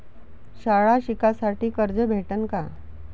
शाळा शिकासाठी कर्ज भेटन का?